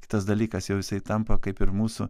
kitas dalykas jau jisai tampa kaip ir mūsų